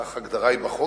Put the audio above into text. כך ההגדרה בחוק,